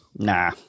Nah